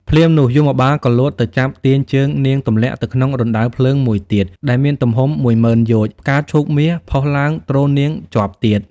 ភ្លាមនោះ យមបាលក៏លោតទៅចាប់ទាញ ជើងនាងទម្លាក់ទៅក្នុងរណ្តៅភ្លើងមួយទៀតដែលមានទំហំមួយម៉ឺនយោជន៍ ផ្កាឈូកមាស ផុសឡើងទ្រនាងជាប់ទៀត ។